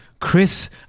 Chris